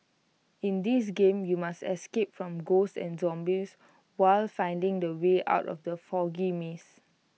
in this game you must escape from ghosts and zombies while finding the way out of the foggy maze